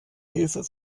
hilfe